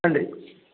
நன்றி